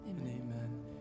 Amen